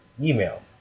email